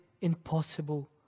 impossible